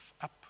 up